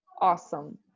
awesome